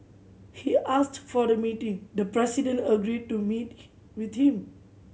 he asked for the meeting the president agreed to meet with him